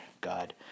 God